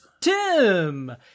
Tim